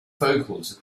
vocals